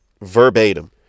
verbatim